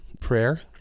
prayer